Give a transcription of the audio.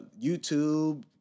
YouTube